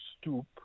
stoop